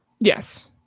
Yes